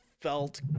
felt